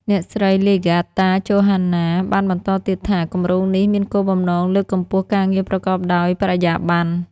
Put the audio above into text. អ្នកស្រី ឡេហ្គាតា ចូហានណា (Legarta Johanna) បានបន្តទៀតថា “គម្រោងនេះមានគោលបំណងលើកកម្ពស់ការងារប្រកបដោយបរិយាប័ន្ន